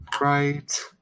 Right